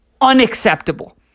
Unacceptable